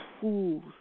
fools